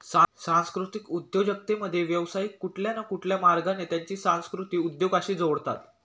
सांस्कृतिक उद्योजकतेमध्ये, व्यावसायिक कुठल्या न कुठल्या मार्गाने त्यांची संस्कृती उद्योगाशी जोडतात